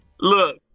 look